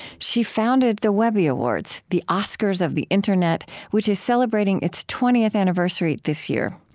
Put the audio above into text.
she founded the webby awards the oscars of the internet which is celebrating its twentieth anniversary this year.